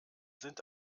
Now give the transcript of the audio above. sind